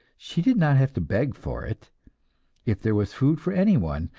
she did not have to beg for it if there was food for anyone,